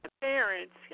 parents